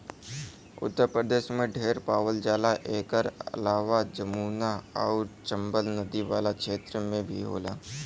उत्तर प्रदेश में ढेर पावल जाला एकर अलावा जमुना आउर चम्बल नदी वाला क्षेत्र में भी होला